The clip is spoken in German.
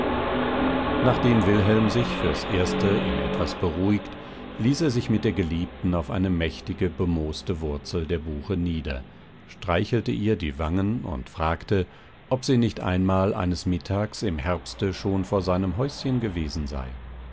nachdem wilhelm sich fürs erste in etwas beruhigt ließ er sich mit der geliebten auf eine mächtige bemooste wurzel der buche nieder streichelte ihr die wangen und fragte ob sie nicht einmal eines mittags im herbste schon vor seinem häuschen gewesen sei